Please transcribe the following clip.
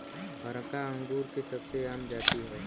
हरका अंगूर के सबसे आम जाति हौ